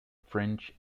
french